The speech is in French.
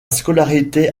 scolarité